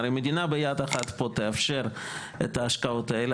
הרי המדינה ביד אחת תאפשר את ההשקעות האלה